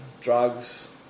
drugs